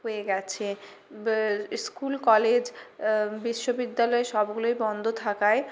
হয়ে গেছে school college বিশ্ববিদ্যালয় সবগুলোই বন্ধ থাকায়